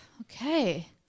Okay